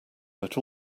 that